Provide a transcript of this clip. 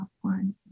one